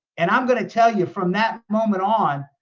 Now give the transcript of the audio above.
and i'm gonna tell you from that moment on,